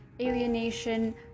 alienation